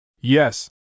Yes